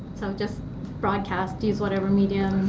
so just broadcast, use whatever medium,